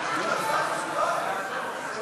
להעביר את הנושא: תופעת שכחת